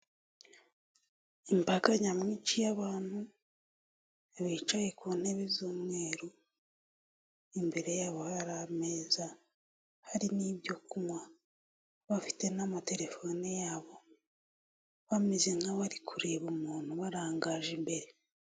Imbaga nyamwinshi y'abantu bicaye ku ntebe z'umweru, imbere yabo hari ameza, hari n'ibyo kunywa, bafite n'amatelefone yabo, bameze nk'abari kureba umuntu ubarangaje imbere.